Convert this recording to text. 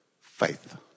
Faith